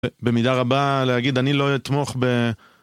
במידה רבה, להגיד אני לא אתמוך ב...